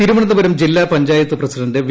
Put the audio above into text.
തിരുവനന്തപുരം ജില്ലാ panchayat president V